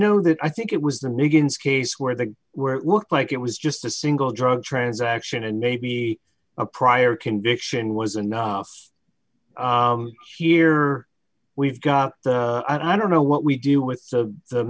know that i think it was the begins case where they were looked like it was just a single drug transaction and maybe a prior conviction was enough here we've got i don't know what we do with the